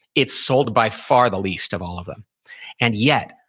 it's sold by far the least of all of them and yet,